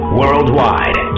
worldwide